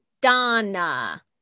Donna